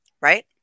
Right